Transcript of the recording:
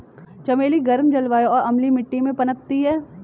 चमेली गर्म जलवायु और अम्लीय मिट्टी में पनपती है